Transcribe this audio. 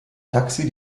taxi